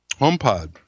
HomePod